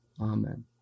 Amen